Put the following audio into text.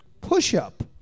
push-up